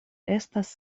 estas